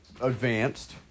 advanced